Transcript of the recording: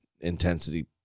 intensity